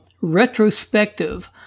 retrospective